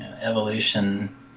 evolution